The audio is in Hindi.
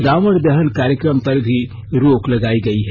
रावण दहन कार्यक्रम पर भी रोक लगाई गयी है